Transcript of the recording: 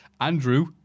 Andrew